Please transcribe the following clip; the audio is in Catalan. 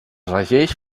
regeix